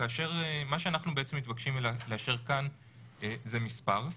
מה שאנחנו בעצם מתבקשים לאשר כאן זה מספר,